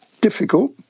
difficult